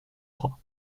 trois